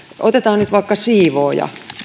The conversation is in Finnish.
otetaan nyt vaikka siivooja